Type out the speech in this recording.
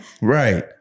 Right